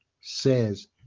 says